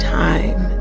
time